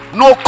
no